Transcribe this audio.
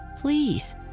Please